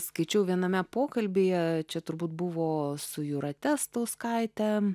skaičiau viename pokalbyje čia turbūt buvo su jūrate stauskaite